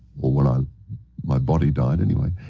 or when ah um my body died anyway,